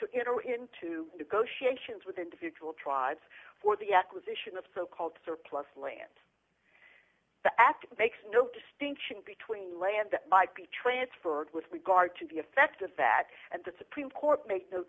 to enter into negotiations with individual tribes for the acquisition of so called surplus lands the act makes no distinction between land that might be transferred with regard to the effect of that and that supreme court make the